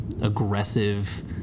aggressive